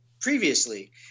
previously